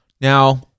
Now